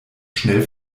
schnell